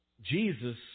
Jesus